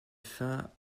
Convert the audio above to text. fin